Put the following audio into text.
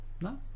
No